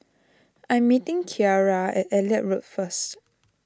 I am meeting Ciarra at Elliot Road first